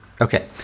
Okay